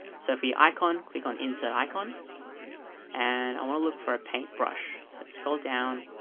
so for your icon, click on insert icon and i want to look for a paintbrush. so scroll down.